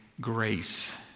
grace